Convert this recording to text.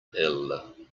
ill